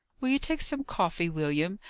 will you take some coffee, william?